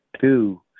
two